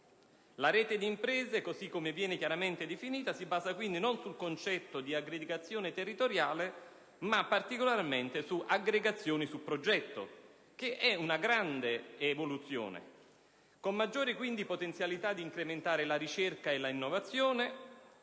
La rete di imprese, così come viene chiaramente definita, si basa quindi non sul concetto di "aggregazione territoriale", ma particolarmente su "aggregazione su progetto", che rappresenta una grande evoluzione, ed ha quindi maggiore potenzialità di incrementare la ricerca e l'innovazione,